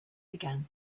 began